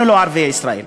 אנחנו לא ערביי ישראל,